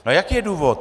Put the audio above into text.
No a jaký je důvod?